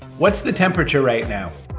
what's the temperature right now?